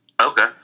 Okay